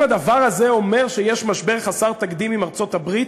הדבר הזה אומר שיש משבר חסר תקדים עם ארצות-הברית?